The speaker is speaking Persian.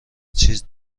چیز